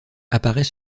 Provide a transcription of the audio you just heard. apparait